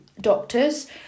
doctors